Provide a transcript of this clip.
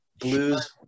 blues